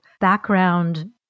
background